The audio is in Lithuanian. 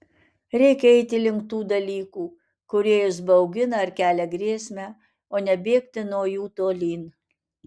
reikia eiti link tų dalykų kurie jus baugina ar kelia grėsmę o ne bėgti nuo jų tolyn